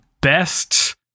best